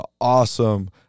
awesome